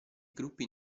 gruppi